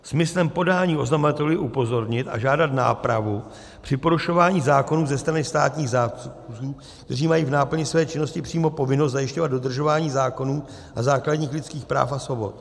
Smyslem podání oznamovatelů je upozornit a žádat nápravu při porušování zákonů ze strany státních zástupců, kteří mají v náplni své činnosti přímo povinnost zajišťovat dodržování zákonů a základních lidských práv a svobod.